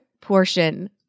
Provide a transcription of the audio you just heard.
portion